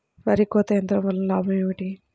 వరి కోత యంత్రం వలన లాభం ఏమిటి?